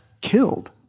killed